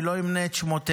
אני לא אמנה את שמותיהם.